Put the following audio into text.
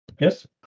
Yes